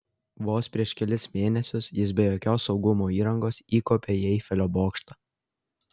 vos prieš kelis mėnesius jis be jokios saugumo įrangos įkopė į eifelio bokštą